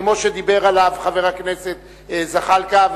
כמו שדיבר חבר הכנסת זחאלקה?